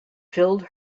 filled